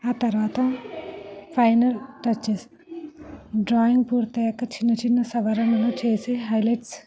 ఆ తర్వాత final touches drawing పూర్తి యొక్క చిన్న చిన్న సవరణలను చేసి హైలైట్స్